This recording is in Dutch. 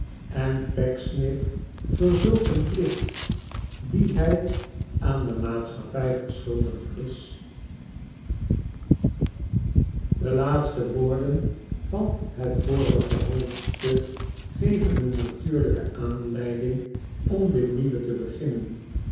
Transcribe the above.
en pecksniff vervult een plicht dien hij aan de maatschappij verschuldigd is de laatste woorden van het vorige hoofdstuk geven een n atuurlijke aanleiding om dit nieuwe te beginnen